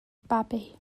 babi